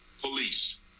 Police